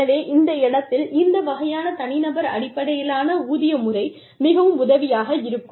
எனவே இந்த இடத்தில் இந்த வகையான தனிநபர் அடிப்படையிலான ஊதிய முறை மிகவும் உதவியாக இருக்கும்